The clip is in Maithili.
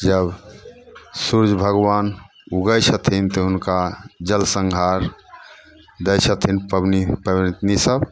जब सूर्य भगवान उगै छथिन तऽ हुनका जल सन्हार दै छथिन पबनी पबनतिनीसभ